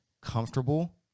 comfortable